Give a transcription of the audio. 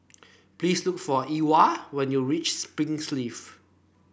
please look for Ewald when you reach Springleaf